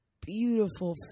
beautiful